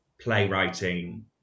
playwriting